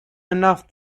enough